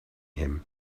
him